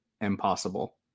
impossible